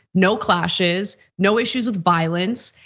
no clashes, no issues of violence.